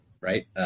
right